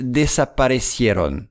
desaparecieron